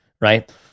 right